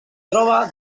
troba